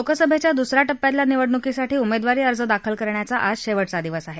लोकसभेच्या दुस या टप्प्यातल्या निवडणुकीसाठी उमेदवारी अर्ज दाखल करण्याचा आज शेवटचा दिवस आहे